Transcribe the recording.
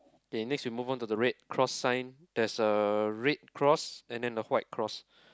okay next we move on to the red cross sign there's a red cross and then a white cross